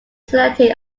selected